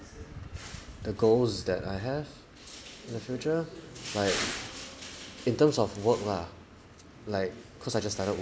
the goals that I have in the future like in terms of work lah like cause I just started